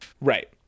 Right